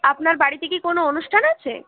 আপনার বাড়িতে কি কোনো অনুষ্ঠান আছে